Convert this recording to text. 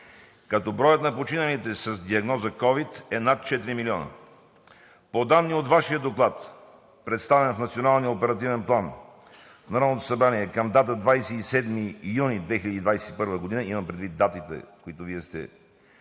като броят на починалите с диагноза ковид е над четири милиона. По данни от Вашия доклад, представен в Националния оперативен план в Народното събрание към дата 27 юни 2021 г., имам предвид датите, които Вие сте